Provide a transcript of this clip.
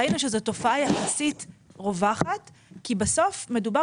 ראינו שזו תופעה יחסית רווחת כי בסוף מדובר